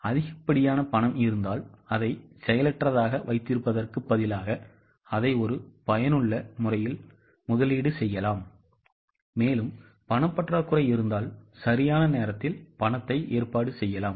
எனவே அதிகப்படியான பணம் இருந்தால் அதை செயலற்றதாக வைத்திருப்பதற்குப் பதிலாக அதை ஒரு பயனுள்ள முறையில் முதலீடு செய்யலாம் மேலும் பணப் பற்றாக்குறை இருந்தால் சரியான நேரத்தில் பணத்தை ஏற்பாடு செய்யலாம்